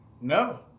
no